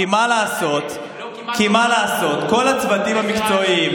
כל הצוותים המקצועיים,